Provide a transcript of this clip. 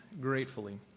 gratefully